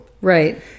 Right